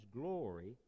glory